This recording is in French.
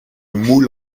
moule